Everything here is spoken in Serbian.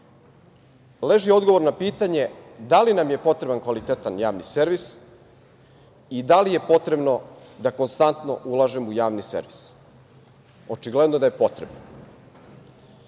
leži odgovor na pitanje da li nam je potreban kvalitetan javni servis i da li je potrebno da konstantno ulažemo u javni servis? Očigledno da je potrebno. Da